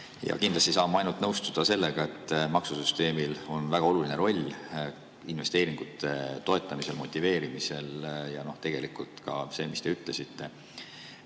Kindlasti saan ma ainult nõustuda sellega, et maksusüsteemil on väga oluline roll investeeringute toetamisel, motiveerimisel. Ja on [õige], mis te ütlesite,